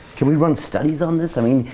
can we run studies on this? i mean,